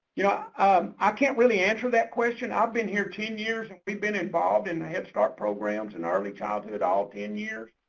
yeah um i can't really answer that question. i've been here ten years. we've been involved in the head start programs and early childhood at all ten years